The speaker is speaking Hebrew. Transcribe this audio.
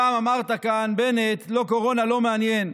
פעם אמרת כאן, בנט: לא קורונה, לא מעניין.